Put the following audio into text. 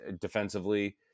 defensively